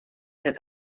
his